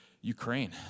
Ukraine